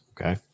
Okay